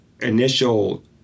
initial